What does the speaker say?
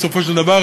בסופו של דבר.